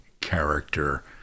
character